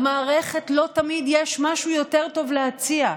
למערכת לא תמיד יש משהו יותר טוב להציע.